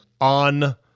on